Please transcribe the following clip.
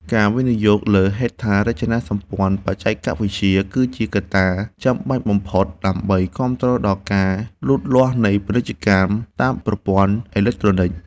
ការវិនិយោគលើហេដ្ឋារចនាសម្ព័ន្ធបច្ចេកវិទ្យា គឺជាកត្តាចាំបាច់បំផុតដើម្បីគាំទ្រដល់ការលូតលាស់នៃពាណិជ្ជកម្មតាមប្រព័ន្ធអេឡិចត្រូនិក។